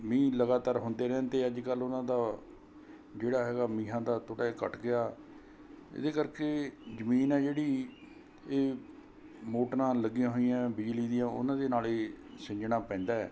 ਮੀਂਹ ਲਗਾਤਾਰ ਹੁੰਦੇ ਰਹਿੰਦੇ ਅੱਜ ਕੱਲ੍ਹ ਉਹਨਾਂ ਦਾ ਜਿਹੜਾ ਹੈਗਾ ਮੀਂਹ ਦਾ ਤੋਡਾ ਇਹ ਘੱਟ ਗਿਆ ਇਹਦੇ ਕਰਕੇ ਜ਼ਮੀਨ ਹੈ ਜਿਹੜੀ ਇਹ ਮੋਟਰਾਂ ਲੱਗੀਆਂ ਹੋਈਆਂ ਬਿਜਲੀ ਦੀਆਂ ਉਹਨਾਂ ਦੇ ਨਾਲ ਹੀ ਸਿੰਜਣਾ ਪੈਂਦਾ